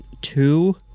two